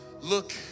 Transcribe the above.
look